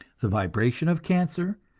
the vibration of cancer,